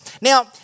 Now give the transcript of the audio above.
Now